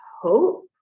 hope